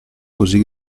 così